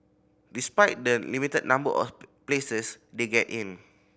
despite the limited number of places they get in